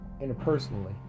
interpersonally